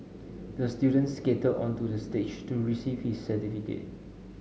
the student skated onto the stage to receive his certificate